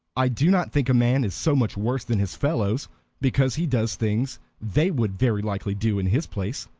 i do not think a man is so much worse than his fellows because he does things they would very likely do in his place.